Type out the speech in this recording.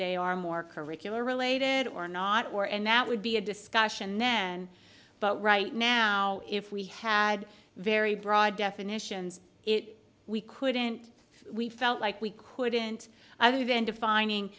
they are more curricular related or not or and that would be a discussion then but right now if we had very broad definitions it we couldn't we felt like we couldn't even defining